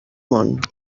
món